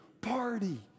party